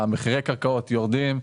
מחירי הקרקעות יורדים.